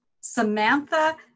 Samantha